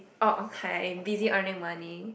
oh okay busy earning money